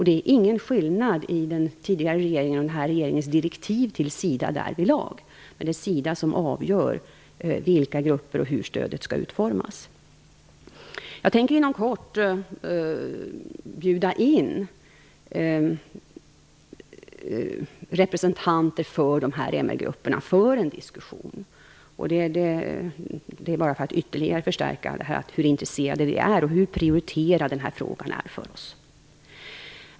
Det är ingen skillnad mellan den tidigare regeringens och den här regeringens direktiv till SIDA därvidlag. Det är SIDA som avgör vilka grupper stödet skall omfatta och hur det skall utformas. Jag tänker inom kort bjuda in representanter för dessa MR-grupper till en diskussion. Det gör jag för att ytterligare förstärka hur intresserade vi är och hur prioriterad denna fråga är för oss.